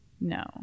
No